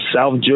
South